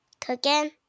Cooking